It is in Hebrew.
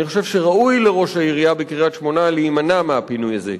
אני חושב שראוי לראש העירייה בקריית-שמונה להימנע מהפינוי הזה.